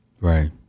Right